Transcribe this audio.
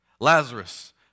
Lazarus